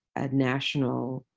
a national